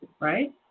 Right